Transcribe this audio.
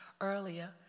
earlier